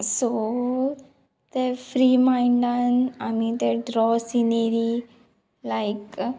so तें free मायंडान आमी तें ड्रॉ सिनेरी लायक